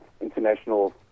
international